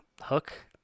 Hook